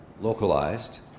localized